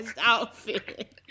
outfit